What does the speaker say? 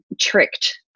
tricked